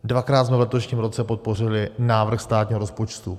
Dvakrát jsme v letošním roce podpořili návrh státního rozpočtu.